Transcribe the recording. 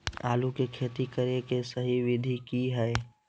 आलू के खेती करें के सही विधि की हय?